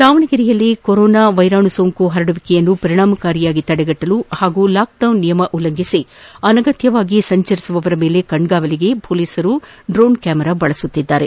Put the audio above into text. ದಾವಣಗೆರೆಯಲ್ಲಿ ಕೊರೋನಾ ವೈರಾಣು ಸೋಂಕು ಪರಡುವಿಕೆಯನ್ನು ಪರಿಣಾಮಕಾರಿಯಾಗಿ ತಡೆಗಟ್ಟಲು ಹಾಗೂ ಲಾಕ್ಡೌನ್ ನಿಯಮ ಉಲ್ಲಂಘಿಸಿ ಅನಗತ್ತವಾಗಿ ಸಂಚರಿಸುವವರ ಮೇಲೆ ಕಣ್ಗಾವಲಿಗೆ ಹೊಲೀಸರು ಡೋನ್ ಕ್ಯಾಮೆರಾ ಬಳಸುತ್ತಿದ್ದಾರೆ